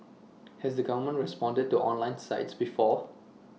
has the government responded to online sites before